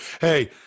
Hey